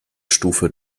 stufe